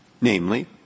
namely